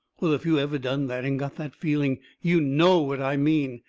well, if you ever done that and got that feeling, you know what i mean.